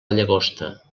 llagosta